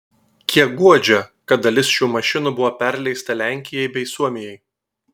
kiek guodžia kad dalis šių mašinų buvo perleista lenkijai bei suomijai